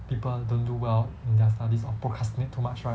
people don't do well in their studies or procrastinate too much right